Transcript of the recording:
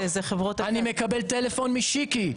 אני מקבל טלפון משיקי,